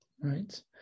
right